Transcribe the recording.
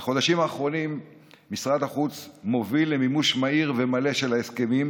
בחודשים האחרונים משרד החוץ מוביל למימוש מהיר ומלא של ההסכמים,